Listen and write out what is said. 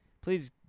Please